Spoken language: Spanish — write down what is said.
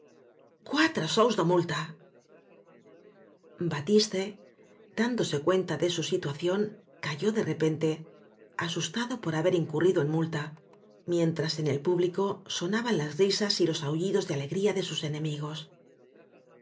sous de multa batiste dándose cuenta de su situación calló de repente asustado por haber incurrido en multa mientras en el público sonaban las risas y los aullidos ele alegría de sus enemigos